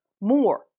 more